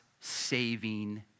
saving